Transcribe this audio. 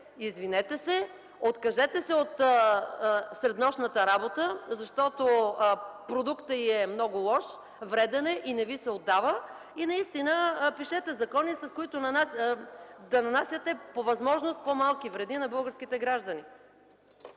извинете се! Откажете се от среднощната работа, защото продуктът й е много лош, вреден е и не ви се удава! Пишете закони, с които да нанасяте по възможност по-малки вреди на българските граждани!